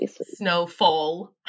Snowfall